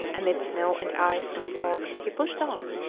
amid snow and ice and fog he pushed on,